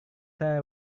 saya